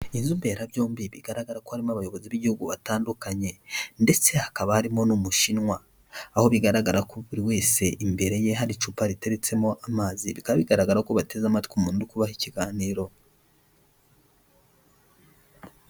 Inzu mberabyombi bigaragara ko harimo abayobozi b'igihugu batandukanye ndetse hakaba harimo n'umushinwa, aho bigaragara ko buri wese imbere ye hari icupa riteretsemo amazi, bikaba bigaragara ko bateze amatwi umuntu uri kuha ikiganiro.